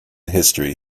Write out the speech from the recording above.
history